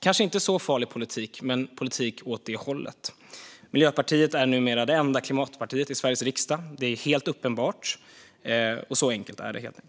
kanske inte så farlig politik, men det är politik åt det hållet. Miljöpartiet är numera det enda klimatpartiet i Sveriges riksdag. Det är helt uppenbart. Så enkelt är det.